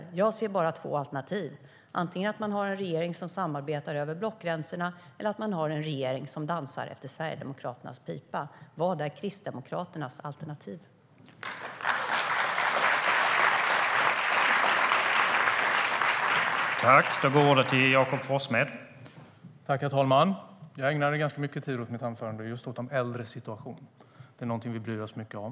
Jag ser bara två alternativ: antingen att man har en regering som samarbetar över blockgränserna eller att man har en regering som dansar efter Sverigedemokraternas pipa. Vad är Kristdemokraternas alternativ?